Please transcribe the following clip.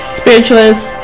spiritualist